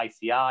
ICI